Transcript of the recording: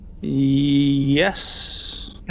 Yes